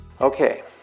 Okay